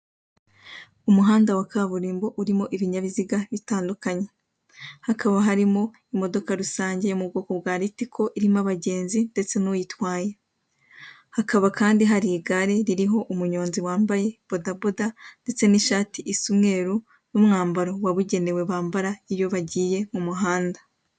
Umuhanda wa kaburimbo urimo ibinyabiziga bitandukanye, hakaba harimo imodoka rusange yo mu bwoko bwa ritiko irimo abagenzi n'uyitwaye, hakaba kandi hari igare ririho umunyonzi wambaye bodaboda ndetse n'ishati isa umweru n'umwambaro wabugenewe bambara iyo bagiye mu muhanda.